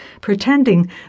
pretending